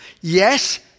Yes